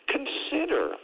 Consider